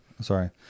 Sorry